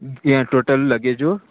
हें टोटल लगेजो